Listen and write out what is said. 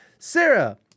Sarah